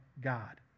God